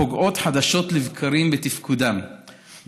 הפוגעות חדשות לבקרים בתפקודם,